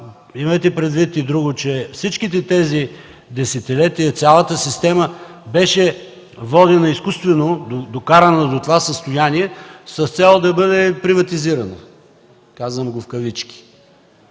Имайте предвид и друго. През всички тези десетилетия цялата система беше водена и изкуствено докарана до това състояние с цел да бъде приватизирана, казвам го в кавички.